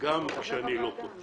כשאני לא פה.